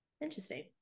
interesting